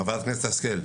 חברת הכנסת השכל,